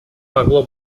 могло